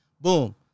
boom